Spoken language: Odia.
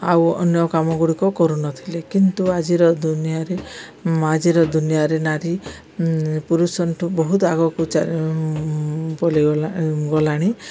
ଆଉ ଅନ୍ୟ କାମ ଗୁଡ଼ିକ କରୁନଥିଲେ କିନ୍ତୁ ଆଜିର ଦୁନିଆରେ ଆଜିର ଦୁନିଆରେ ନାରୀ ପୁରୁଷ ଠୁ ବହୁତ ଆଗକୁ ଗଲାଣି